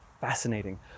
fascinating